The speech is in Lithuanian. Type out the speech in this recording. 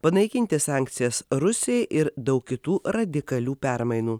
panaikinti sankcijas rusijai ir daug kitų radikalių permainų